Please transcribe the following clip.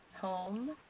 home